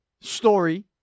story